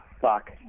fuck